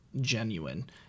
genuine